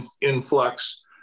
influx